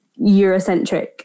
Eurocentric